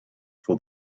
for